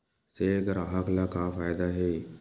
से ग्राहक ला का फ़ायदा हे?